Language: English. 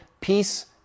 peace